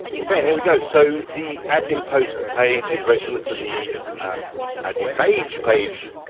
okay and here we go, so the add new post page is very similar to the add new page page.